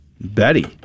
Betty